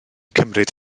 cymryd